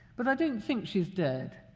but i don't think she's dead.